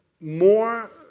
More